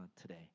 today